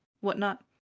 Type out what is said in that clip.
whatnot